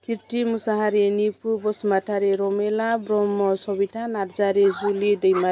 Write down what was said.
Kirti Mushahary Nipu Basumatary Ramila Brahma Sabita Narzary Juli Daimary